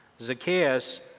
Zacchaeus